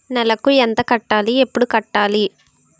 నెలకు ఎంత కట్టాలి? ఎప్పుడు కట్టాలి?